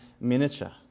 miniature